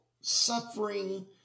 suffering